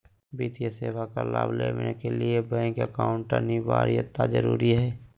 वित्तीय सेवा का लाभ लेने के लिए बैंक अकाउंट अनिवार्यता जरूरी है?